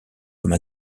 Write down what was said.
comme